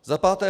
Za páté.